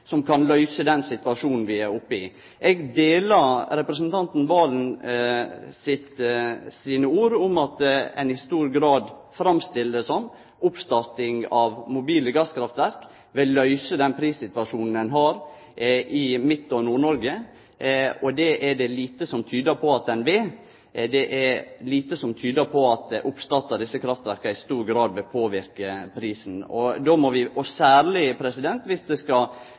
som kan løyse den situasjonen vi er oppe i. Eg er einig i representanten Valen sine ord om at ein i stor grad framstiller det som om oppstarting av mobile gasskraftverk vil løyse den prissituasjonen ein har i Midt-Noreg og Nord-Noreg – det er det lite som tyder på. Det er lite som tyder på at oppstart av desse kraftverka i stor grad vil påverke prisen.